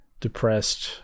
depressed